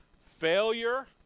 failure